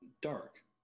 dark